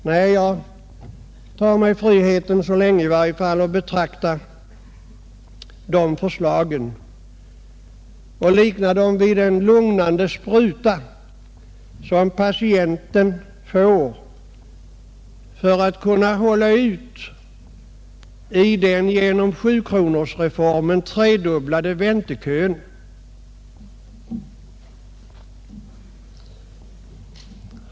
Nej, Jag tar mig friheten att tills vidare likna dessa förslag med den lugnande spruta som patienten får för att kunna hålla ut i den genom 7-kronorsreformen tredubblade väntekön.